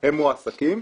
הם מועסקים,